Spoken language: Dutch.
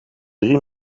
drie